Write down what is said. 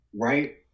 Right